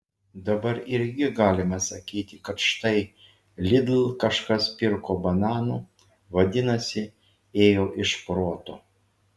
dabar irgi galima sakyti kad štai lidl kažkas pirko bananų vadinasi ėjo iš proto